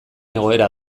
egoera